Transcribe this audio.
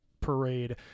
parade